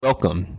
Welcome